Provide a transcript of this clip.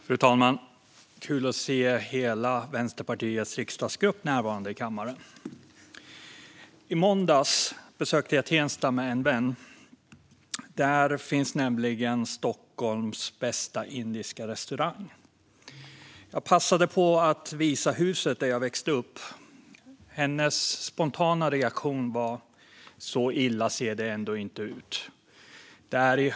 Fru talman! Det är kul att se hela Vänsterpartiets riksdagsgrupp närvarande i kammaren. I måndags besökte jag Tensta tillsammans med en vän. Där finns nämligen Stockholms bästa indiska restaurang. Jag passade på att visa huset där jag växte upp. Hennes spontana reaktion var: "Så illa ser det ändå inte ut.